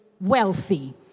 wealthy